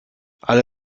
alle